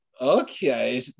Okay